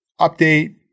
Update